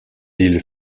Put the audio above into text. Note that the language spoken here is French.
îles